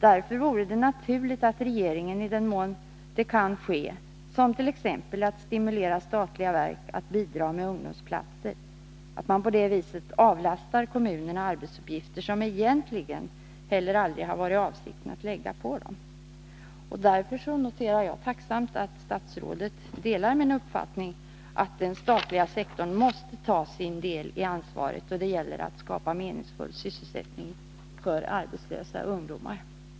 Därför vore det naturligt att regeringen i den mån det kan ske —t.ex. genom att stimulera statliga verk att bidra med ungdomsplatser — avlastar kommunerna arbetsuppgifter som det egentligen aldrig varit avsikten att lägga på dem. Därför noterar jag tacksamt att statsrådet delar min uppfattning ”att den statliga sektorn måste ta sin del av ansvaret då det gäller att skapa meningsfull sysselsättning för arbetslösa ungdomar”.